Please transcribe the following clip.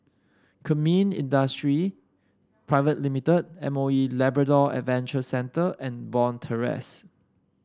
Kemin Industries Pte Ltd M O E Labrador Adventure Centre and Bond Terrace